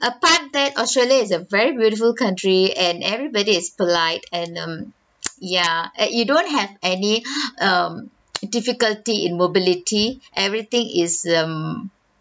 apart that australia is a very beautiful country and everybody is polite and um yeah and you don't have any um difficulty in mobility everything is um